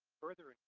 further